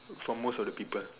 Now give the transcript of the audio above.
from most of the people